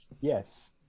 yes